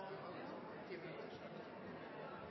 vi har til